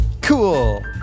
cool